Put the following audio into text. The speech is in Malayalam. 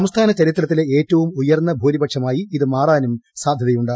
സംസ്ഥാന ചരിത്രത്തിലെ ഏറ്റവും ഉയർന്ന ഭൂരിപക്ഷമായി ഇത് മാറാനും സാധ്യതയുണ്ട്